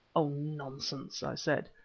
oh, nonsense! i said.